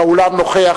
באולם נוכח,